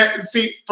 see